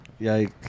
Yikes